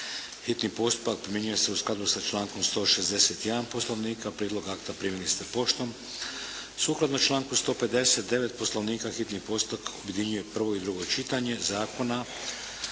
Hitni postupak primjenjuje se u skladu sa člankom 161. Poslovnika. Prijedlog akta primili ste poštom. Sukladno članku 159. Poslovnika, hitni postupak objedinjuje prvo i drugo čitanje zakona.